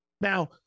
Now